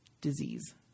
disease